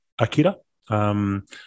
Akita